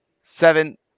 Seven